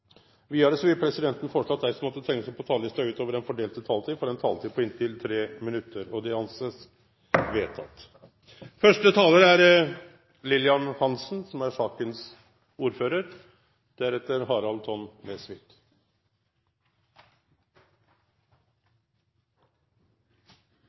Videre vil presidenten foreslå at de som måtte tegne seg på talerlisten utover den fordelte taletid, får en taletid på inntil 3 minutter. – Det anses vedtatt. Vi skal nå behandle en viktig og prinsipiell sak. Den europeiske menneskerettighetsdomstolen avga tidligere i år en dom som påpekte at det er